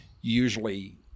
usually